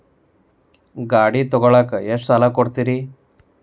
ಗಾಡಿ ತಗೋಳಾಕ್ ಎಷ್ಟ ಸಾಲ ಕೊಡ್ತೇರಿ?